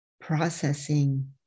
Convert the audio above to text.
processing